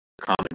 Common